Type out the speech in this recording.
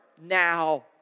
now